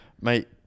mate